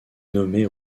nommé